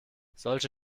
solche